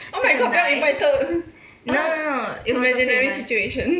oh my god bel invited imaginary situation